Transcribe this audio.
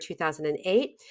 2008